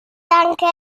danke